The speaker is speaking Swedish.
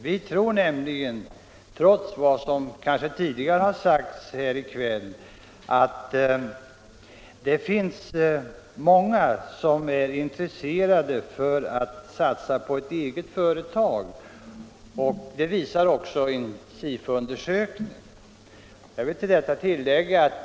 Vi tror nämligen —- trots vad som har sagts tidigare i kväll — att det finns många som är intresserade av att satsa på ett eget företag. Det visar också en Sifoundersökning.